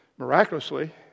miraculously